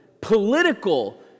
political